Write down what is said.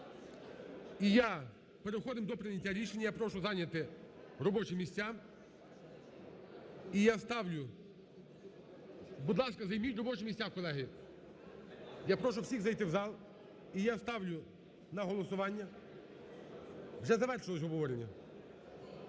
Переходимо до прийняття рішення. Я прошу зайняти робочі місця. І я ставлю… Будь ласка, займіть робочі місця, колеги. Я прошу всіх зайти у зал. І я ставлю на голосування… Вже завершилось обговорення.